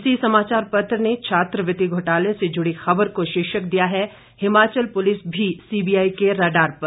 इसी समाचार पत्र ने छात्रवृति घोटाले से जुड़ी ख़बर को शीर्षक दिया है हिमाचल पुलिस भी सीबीआई के रडार पर